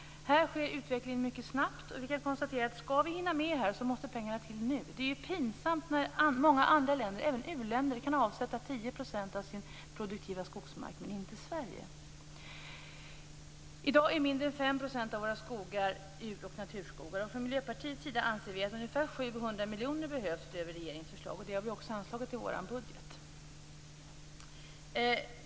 Här sker utvecklingen mycket snabbt. Vi kan konstatera att skall vi hinna med här, måste pengarna till nu. Det är ju pinsamt när många andra länder, även u-länder, kan avsätta 10 % av sin produktiva skogsmark men inte Sverige. I dag är mindre än 5 % av våra skogar djur och naturskogar. Från Miljöpartiets sida anser vi att ungefär 700 miljoner behöver utöver regeringens förslag. Det har vi också anslagit i vår budget.